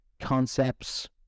concepts